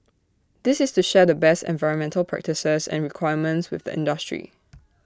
this is to share the best environmental practices and requirements with the industry